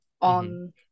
on